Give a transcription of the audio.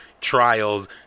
trials